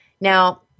Now